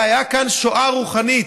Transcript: הייתה כאן שואה רוחנית,